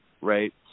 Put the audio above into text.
right